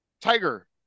Tiger